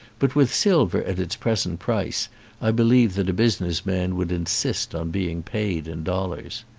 but with silver at its present price i believe that a business man would insist on being paid in dollars.